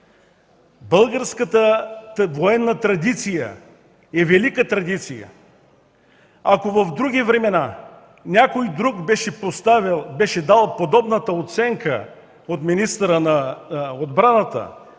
Българската военна традиция е велика традиция. Ако в други времена някой друг беше дал подобна оценка за такъв доклад на